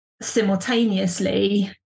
simultaneously